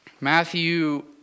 Matthew